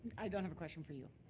i don't have a question for you.